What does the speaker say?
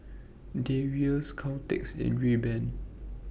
Dreyers Caltex and Rayban